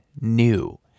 new